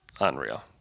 unreal